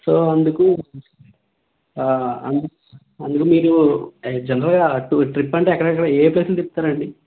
so అందుకు అందుకు మీరు జనరల్గా ట్రిప్ అంటే ఎక్కడెక్కడ ఏ ప్లేసులు తిప్పుతారు అండి